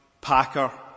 Packer